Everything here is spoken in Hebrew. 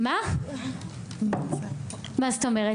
מה זאת אומרת?